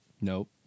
Nope